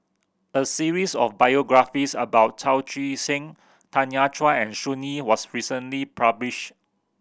a series of biographies about Chao Tzee Sing Tanya Chua and Sun Yee was recently published